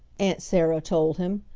aunt sarah told him,